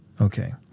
Okay